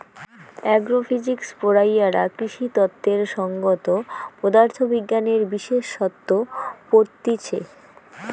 agro physics পড়াইয়ারা কৃষিতত্ত্বের সংগত পদার্থ বিজ্ঞানের বিশেষসত্ত পড়তিছে